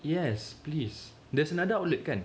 yes please there's another outlet kan